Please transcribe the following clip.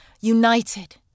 United